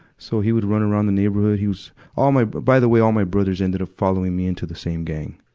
so he would run around the neighborhood. he was all my, by the way, all my brothers ended following me into the same gang.